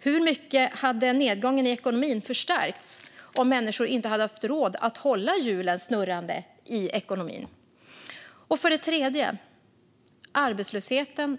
Hur mycket hade nedgången i ekonomin förstärkts om människor inte hade haft råd att hålla hjulen snurrande i ekonomin? För det tredje påverkas arbetslösheten